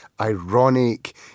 ironic